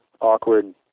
awkward